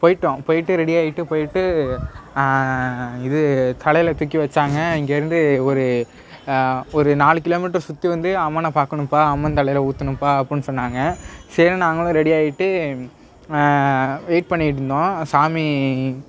போய்விட்டோம் போய்விட்டு ரெடி ஆகிட்டு போய்விட்டு இது தலையில் தூக்கி வைச்சாங்க இங்கேருந்து ஒரு ஒரு நாலு கிலோமீட்டர் சுற்றி வந்து அம்மனை பார்க்கணும்ப்பா அம்மன் தலையில் ஊற்றணும்ப்பா அப்புடின்னு சொன்னாங்க சரின்னு நாங்களும் ரெடி ஆகிட்டு வெயிட் பண்ணிகிட்ருந்தோம் சாமி